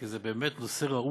כי זה באמת נושא ראוי